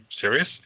serious